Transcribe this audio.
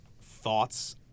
thoughts